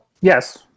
Yes